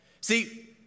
See